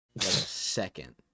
second